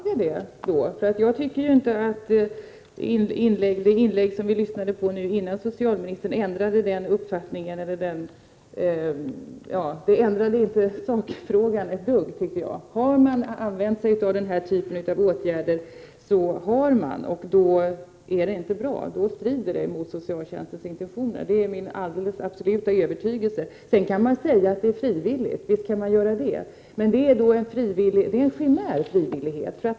Herr talman! Jag beklagar det. Jag tycker inte att det inlägg som vi lyssnade på före socialministerns ändrade sakfrågan ett dugg. Har man använt sig av den här typen av åtgärder så har man. Det är inte bra. Det strider mot socialtjänstens intentioner. Det är min absoluta övertygelse. Sedan kan man säga att det är frivilligt. Visst kan man göra det. Men den frivilligheten är en chimär.